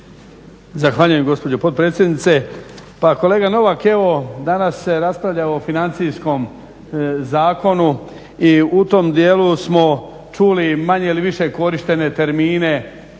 Zahvaljujem gospođo potpredsjednice.